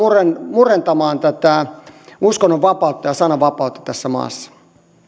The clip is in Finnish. murentamaan tätä uskonnonvapautta ja sananvapautta tässä maassa